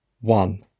one